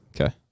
Okay